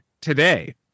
today